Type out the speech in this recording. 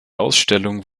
ausstellung